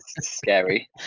scary